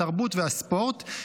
התרבות והספורט,